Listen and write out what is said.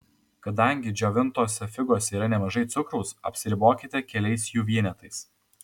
kadangi džiovintose figose yra nemažai cukraus apsiribokite keliais jų vienetais